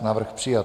Návrh přijat.